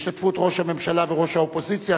בהשתתפות ראש הממשלה וראש האופוזיציה,